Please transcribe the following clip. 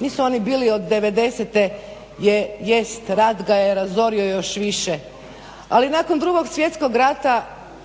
Nisu oni bili od devedesete. Je jest rat ga je razorio još više, ali nakon Drugog svjetskog rata